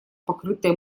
покрытое